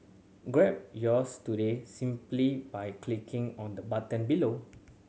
grab yours today simply by clicking on the button below